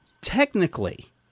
Technically